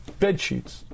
Bedsheets